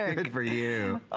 ah for you,